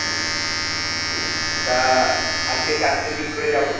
হুম তা আজকে চারটের দিক করে যাব